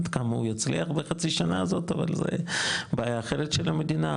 עד כמה הוא יצליח בחצי שנה הזאת אבל זאת בעיה אחרת של המדינה,